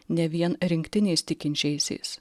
ne vien rinktiniais tikinčiaisiais